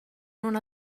non